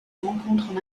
rencontrent